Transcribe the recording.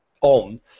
on